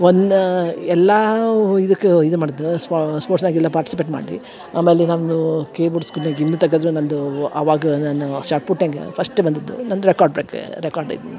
one ಎಲ್ಲಾವ ಇದುಕ್ಕು ಇದು ಮಾಡ್ದ ಸ್ಪೋರ್ಟ್ಸ್ದಾಗೆಲ್ಲ ಪಾರ್ಟಿಸಿಪೆಟ್ ಮಾಡ್ದಿ ಆಮೇಲೆ ಇನ್ನೊಂದು ತಗುದರೆ ನನ್ನದು ಅವಾಗ ನಾನು ಶಾಟ್ ಪುಟ್ಟಾಗ ಫಸ್ಟ್ ಬಂದಿದ್ದು ನನ್ನ ರೆಕಾಡ್ ಬ್ರೇಕ್ ರೆಕಾಡ್ ಇದೆ